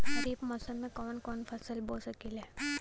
खरिफ मौसम में कवन कवन फसल बो सकि ले?